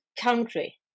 country